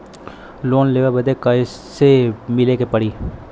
Loan लेवे बदी कैसे मिले के पड़ी?